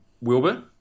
Wilbur